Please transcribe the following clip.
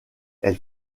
elle